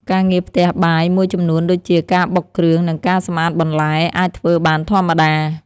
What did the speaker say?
ការងារផ្ទះបាយមួយចំនួនដូចជា ការបុកគ្រឿង ឬការសម្អាតបន្លែ អាចធ្វើបានធម្មតា។